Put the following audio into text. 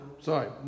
Sorry